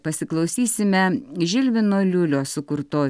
pasiklausysime žilvino liulio sukurtos